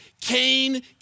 Cain